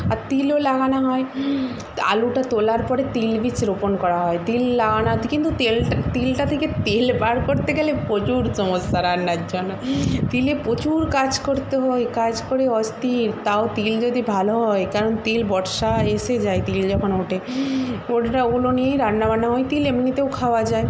আর তিলও লাগানো হয় আলুটা তোলার পরে তিল বীজ রোপণ করা হয় তিল লাগানো ত্ কিন্তু তেলটা তিলটা থেকে তেল বার করতে গেলে প্রচুর সমস্যা রান্নার জন্য তিলে প্রচুর কাজ করতে হয় কাজ করে অস্থির তাও তিল যদি ভালো হয় কারণ তিল বর্ষা এসে যায় তিল যখন ওঠে গোটাটা ওগুলো নিয়েই রান্নাবান্না হয় তিল এমনিতেও খাওয়া যায়